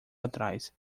atrás